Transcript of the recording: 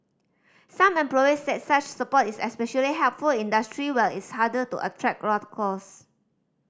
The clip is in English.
some employers said such support is especially helpful industry where it's harder to attract